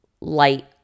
light